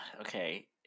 okay